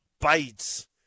bites